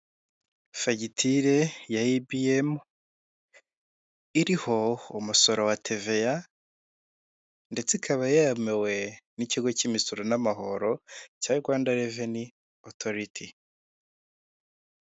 Fagitire ya EBM iriho umusoro wa TVA ndetse ikaba yemewe n'ikigo cy'imisoro n'amahoro cya Rwanda Revenue Authority .